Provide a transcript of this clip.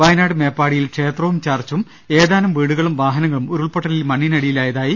വയനാട് മേപ്പാടി യിൽ ക്ഷേത്രവും ചർച്ചും ഏതാനും വീടുകളും വാഹനങ്ങളും ഉരുൾപൊട്ട ലിൽ മണ്ണിനടിയിലായി